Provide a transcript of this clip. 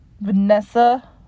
Vanessa